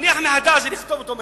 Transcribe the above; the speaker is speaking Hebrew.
להניח מחדש זה לכתוב אותו מחדש,